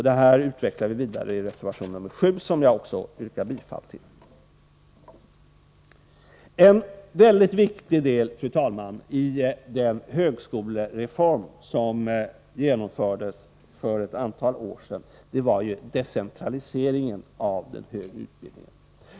Detta utvecklar vi vidare i reservation nr 7, som jag yrkar bifall till. En mycket viktig del, fru talman, i den högskolereform som genomfördes för ett antal år sedan var decentraliseringen av den högre utbildningen.